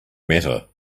matter